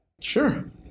Sure